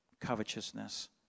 covetousness